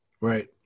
Right